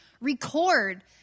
record